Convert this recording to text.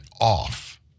off